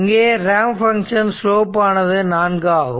இங்கே ramp function slope ஆனது 4 ஆகும்